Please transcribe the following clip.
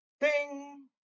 Ding